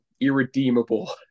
irredeemable